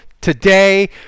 Today